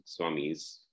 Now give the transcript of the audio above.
swamis